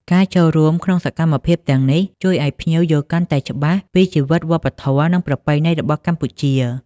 ការចូលរួមក្នុងសកម្មភាពទាំងនេះ ជួយឲ្យភ្ញៀវយល់កាន់តែច្បាស់ពីជីវិតវប្បធម៌ និងប្រពៃណីរបស់កម្ពុជា។